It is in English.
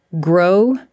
Grow